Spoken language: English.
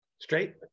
Straight